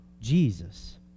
Jesus